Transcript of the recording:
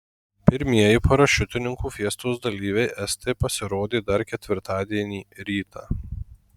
pirmieji parašiutininkų fiestos dalyviai estai pasirodė dar ketvirtadienį rytą